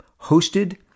hosted